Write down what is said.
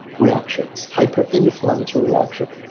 reactions hyper inflammatory reactions